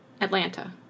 Atlanta